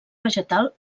vegetal